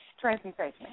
transmutation